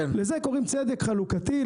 לזה קוראים צדק חלוקתי,